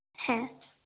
হ্যাঁ